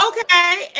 Okay